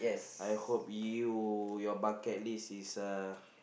I hope you your bucket list is a